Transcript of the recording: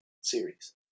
series